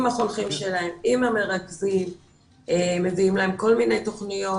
החונכים שלהם ועם המרכזי ומביאים להם כל מיני תוכניות.